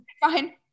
fine